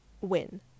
win